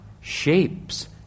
shapes